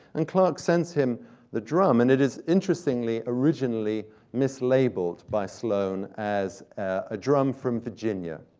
and clarke sends him the drum, and it is interestingly originally mislabeled by sloane as a drum from virginia.